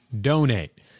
donate